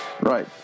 Right